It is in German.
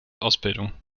ausbildung